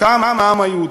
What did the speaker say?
קם העם היהודי,